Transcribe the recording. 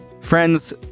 Friends